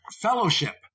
Fellowship